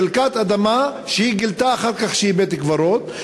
חלקת אדמה שהיא גילתה אחר כך שיש בה בית-קברות,